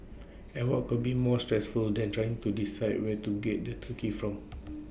and what could be more stressful than trying to decide where to get the turkey from